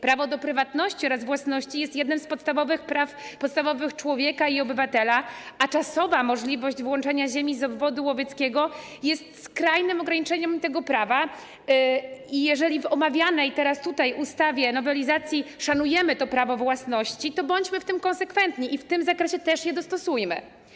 Prawo do prywatności oraz własności jest jednym z podstawowych praw człowieka i obywatela, a czasowa możliwość wyłączenia ziemi z obwodu łowieckiego jest skrajnym ograniczeniem tego prawa i jeżeli w omawianej nowelizacji ustawy szanujemy to prawo własności, to bądźmy w tym konsekwentni i w tym zakresie też je dostosujmy.